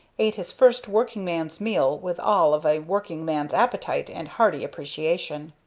ate his first working-man's meal with all of a working-man's appetite and hearty appreciation.